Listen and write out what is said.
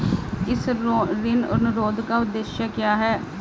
इस ऋण अनुरोध का उद्देश्य क्या है?